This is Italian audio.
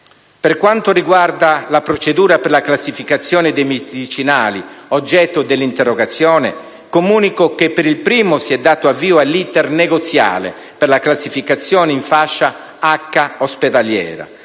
Per quanto riguarda la procedura per la classificazione dei medicinali, oggetto della interrogazione, comunico che, per il primo, si è dato avvio all'*iter* negoziale per la classificazione in fascia H ospedaliera